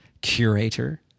curator